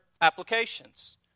applications